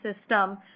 system